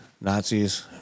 Nazis